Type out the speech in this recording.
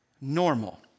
normal